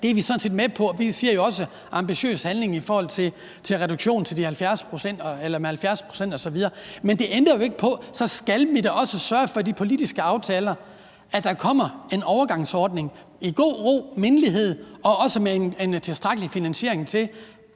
Det er vi sådan set med på, og vi siger jo også, at der skal være ambitiøs handling i forhold til reduktionen på 70 pct. osv. Men det ændrer jo ikke på, at vi da så også i de politiske aftaler skal sørge for, at der kommer en overgangsordning i god ro og mindelighed og også med en tilstrækkelig finansiering til,